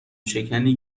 شکنی